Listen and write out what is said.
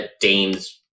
Dane's